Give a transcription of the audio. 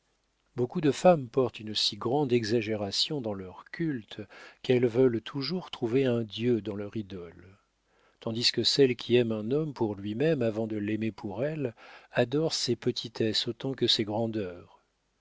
beaucoup de femmes portent une si grande exagération dans leur culte qu'elles veulent toujours trouver un dieu dans leur idole tandis que celles qui aiment un homme pour lui-même avant de l'aimer pour elles adorent ses petitesses autant que ses grandeurs